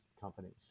companies